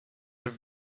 have